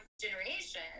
generation